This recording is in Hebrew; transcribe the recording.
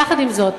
יחד עם זאת,